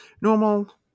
normal